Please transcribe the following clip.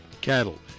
cattle